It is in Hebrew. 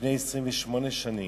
שלפני 28 שנים